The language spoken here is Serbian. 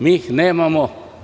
Mi ih nemamo.